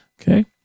Okay